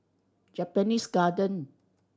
Japanese Garden